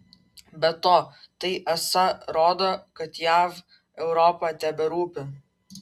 be to tai esą rodo kad jav europa teberūpi